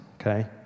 okay